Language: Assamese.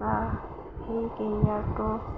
বা সেই কেৰিয়াৰটো